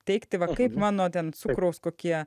teigti va kaip mano ten cukraus kokie